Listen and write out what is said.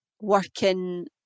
working